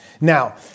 Now